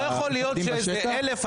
לא יכול להיות שאיזה 1,000,